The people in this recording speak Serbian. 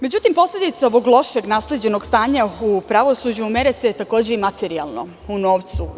Međutim, posledice ovako lošeg nasleđenog stanja u pravosuđu mere se takođe i materijalno, u novcu.